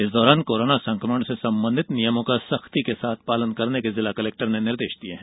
इस दौरान कोरोना संक्रमण से संबंधित नियमों का सख्ती से पालन करने के जिला कलेक्टर ने निर्देश दिये हैं